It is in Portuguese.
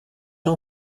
não